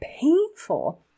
painful